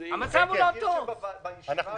בסעיף הזה הוועדה ביקשה הארכת מועדים גם